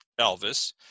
Elvis